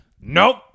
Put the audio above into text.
Nope